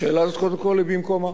השאלה הזאת, קודם כול, במקומה.